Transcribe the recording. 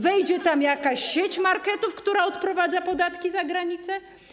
Wejdzie tam jakaś sieć marketów, która odprowadza podatki za granicę.